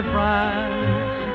France